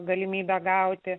galimybe gauti